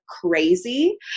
crazy